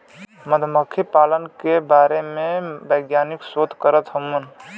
मधुमक्खी पालन के बारे में वैज्ञानिक शोध करत हउवन